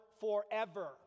forever